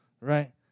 Right